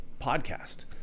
podcast